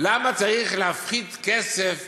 למה צריך להפחית כסף